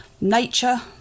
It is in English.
nature